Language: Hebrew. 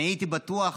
אני הייתי בטוח